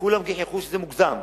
כולם גיחכו שזה מוגזם.